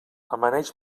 amaneix